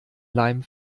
leim